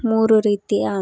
ಮೂರು ರೀತಿಯ